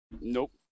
Nope